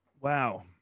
Wow